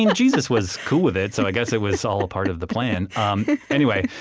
and jesus was cool with it, so i guess it was all a part of the plan um anyway,